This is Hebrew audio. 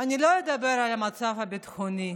אני לא אדבר על המצב הביטחוני,